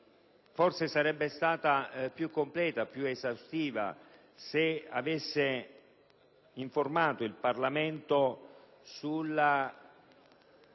forse sarebbe stata più completa ed esaustiva se avesse informato il Parlamento sulla